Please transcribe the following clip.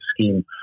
scheme